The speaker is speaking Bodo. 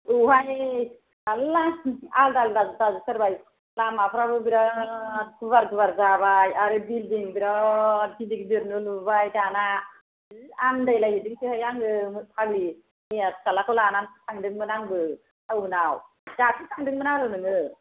औहाय थाल्ला आलादा आलादा जाजोबथारबाय लामाफोराबो बिरात गुवार गुवार जाबाय आरो बिल्दिं बिरात गिदिर गिदिरनो लुबाय दाना जि आन्दायलायोसोहाय आङो फागलि मैया फिसाज्लाखौ लानानै थांदोंमोन आंबो थाउनाव दाख्लि थांदोंमोन आरो नोङो